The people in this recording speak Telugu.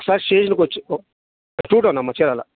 ఒకసారి స్టేషన్కి వచ్చి టూ టౌన్ అమ్మ చీరాల